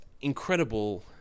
incredible